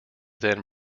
then